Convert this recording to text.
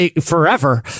forever